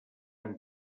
hem